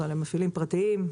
אבל הם מפעילים פרטיים.